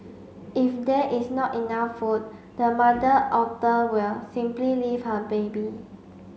if there is not enough food the mother Otter will simply leave her baby